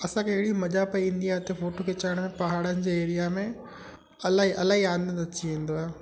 असांखे अहिड़ी मज़ा पेई ईंदी आहेहुते फोटो खिचाइण में पहाड़नि जे एरिया में इलाही इलाही आनंदु अची वेंदो आहे